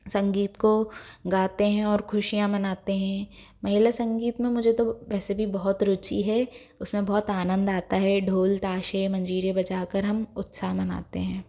संगीत को गाते हैं और ख़ुशियाँ मनाते हैं महिला संगीत में मुझे तो वैसे भी बहुत रुचि है उस में बहुत आनंद आता है ढोल ताशे मंजीरे बजा कर हम उत्साह मानते हैं